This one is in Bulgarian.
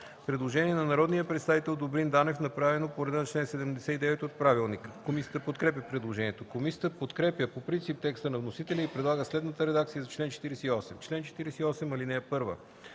Предложение на народния представител Добрин Данев, направено по реда на чл. 79 от Правилника. Комисията подкрепя предложението. Комисията подкрепя по принцип текста на вносителя и предлага следната редакция за чл. 48: „Чл. 48. (1) Операторите